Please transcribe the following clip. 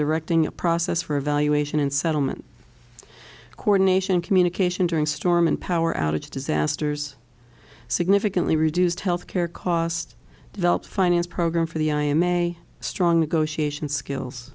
directing a process for evaluation and settlement coordination communication during storm and power outage disasters significantly reduced health care cost develop finance programme for the i am a strong negotiation skills